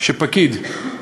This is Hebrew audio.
כשפקיד,